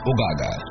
Ogaga